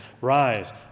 Rise